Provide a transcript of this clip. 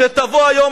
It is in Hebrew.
כשתבוא היום,